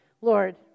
Lord